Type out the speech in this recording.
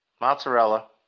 Mozzarella